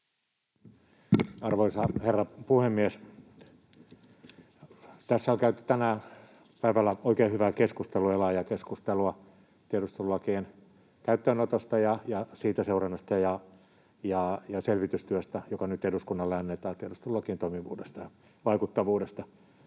Arvoisa herra puhemies! Tässä on käyty tänään päivällä oikein hyvää keskustelua ja laajaa keskustelua tiedustelulakien käyttöönotosta ja siitä seurannasta ja selvitystyöstä, joka nyt eduskunnalle annetaan tiedustelulakien toimivuudesta ja vaikuttavuudesta.